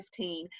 2015